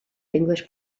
english